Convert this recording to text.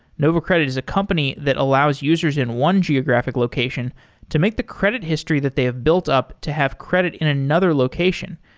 nova credit is a company that allows users in one geographic location to make the credit history that they have built up to have credit in another location,